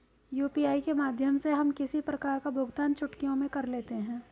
UPI के माध्यम से हम किसी प्रकार का भुगतान चुटकियों में कर लेते हैं